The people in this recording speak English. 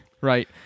right